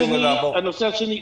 הנושא השני,